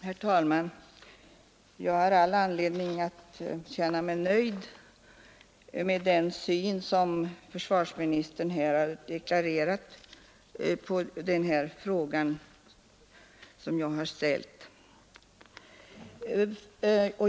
Herr talman! Jag har all anledning att känna mig nöjd med den syn som försvarsministern här har deklarerat på den fråga som jag har ställt.